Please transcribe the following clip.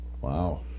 Wow